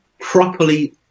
properly